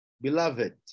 beloved